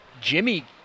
Jimmy